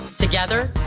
Together